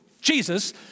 Jesus